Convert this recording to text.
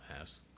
ask